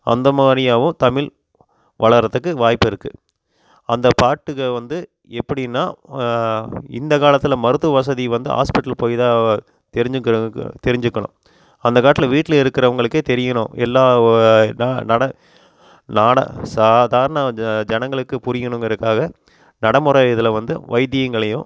அந்த மாதிரியாவும் தமிழ் வளர்கிறதுக்கு வாய்ப்பு இருக்குது அந்த பாட்டுகள் வந்து எப்படின்னா இந்த காலத்தில் மருத்துவ வசதி வந்து ஹாஸ்பிட்டலு போய் தான் தெரிஞ்சுக்க அளவுக்கு தெரிஞ்சிக்கணும் அந்த காலத்தில் வீட்டில் இருக்கிறவுங்களுக்கே தெரியணும் எல்லா ஒ என்ன நட நாட சாதாரண ஜ ஜனங்களுக்கு புரியணுங்குறதுக்காக நடமுறை இதில் வந்து வைத்தியங்களையும்